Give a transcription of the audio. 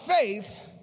faith